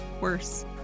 worse